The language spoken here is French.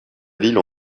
ville